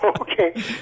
Okay